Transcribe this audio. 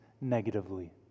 negatively